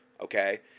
okay